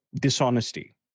dishonesty